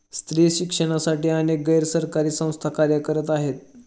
स्त्री शिक्षणासाठी अनेक गैर सरकारी संस्था कार्य करत आहेत